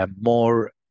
more